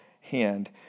hand